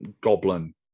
goblin